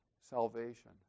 salvation